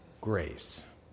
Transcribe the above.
grace